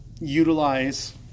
utilize